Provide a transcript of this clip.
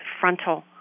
frontal